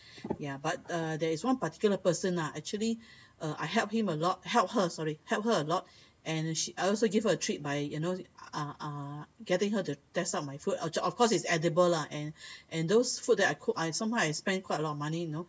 ya but uh there is one particular person lah actually uh I helped him a lot help her sorry helped her a lot and she I also give her a treat by you know uh uh getting her to test out my food of of course is edible lah and and those food that I cook I somehow I spend quite a lot of money you know